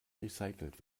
recycelt